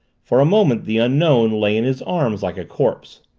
for a moment the unknown lay in his arms like a corpse.